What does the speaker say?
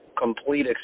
complete